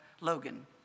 Logan